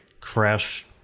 crash